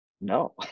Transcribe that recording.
no